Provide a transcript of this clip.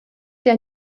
der